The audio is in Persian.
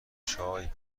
چای